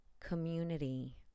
community